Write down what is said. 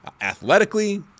athletically